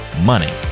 money